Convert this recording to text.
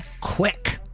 QUICK